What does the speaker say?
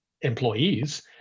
employees